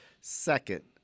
Second